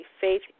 Faith